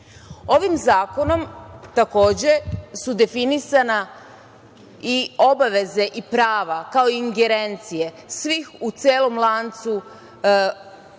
zakonom takođe su definisane i obaveza i prava, kao i ingerencije svih u celom lancu